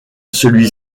celui